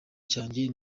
cyanjye